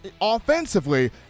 offensively